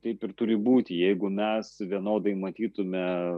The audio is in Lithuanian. taip ir turi būti jeigu mes vienodai matytume